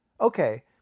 Okay